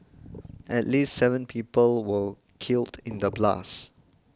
at least seven people were killed in the blasts